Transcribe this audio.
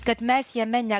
kad mes jame ne